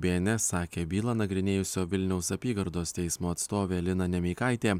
bė en es sakė bylą nagrinėjusio vilniaus apygardos teismo atstovė lina nemeikaitė